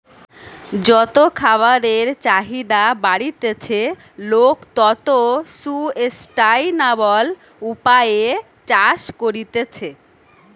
যত খাবারের চাহিদা বাড়তিছে, লোক তত সুস্টাইনাবল উপায়ে চাষ করতিছে